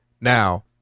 now